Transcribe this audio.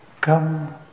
Come